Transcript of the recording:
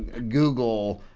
ah google,